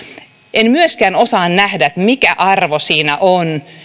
en myöskään osaa nähdä mikä arvo siinä on